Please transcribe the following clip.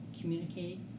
communicate